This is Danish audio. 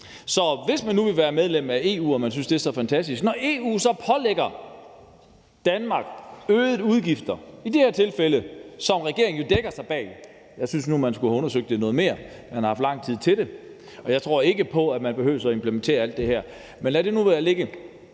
når man nu vil være medlem af EU og synes, det er så fantastisk – og når EU så pålægger Danmark øgede udgifter som i det her tilfælde, hvor regeringen dækker sig ind bag det. Jeg synes nu, at man skulle have undersøgt det noget mere, for man har haft lang tid til det. Og jeg tror ikke på, at man behøver at implementere alt det her, men lad det nu ligge.